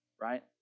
right